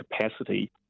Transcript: capacity